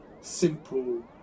simple